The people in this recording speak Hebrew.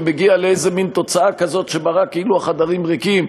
ומגיע לאיזה מין תוצאה כזאת שמראה כאילו החדרים ריקים,